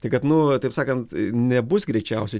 tai kad nu va taip sakant nebus greičiausiai